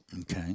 Okay